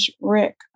Rick